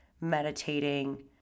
meditating